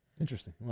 Interesting